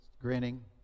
grinning